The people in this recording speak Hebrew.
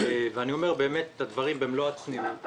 ואני אומר את הדברים במלוא הצניעות,